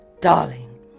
darling